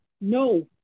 no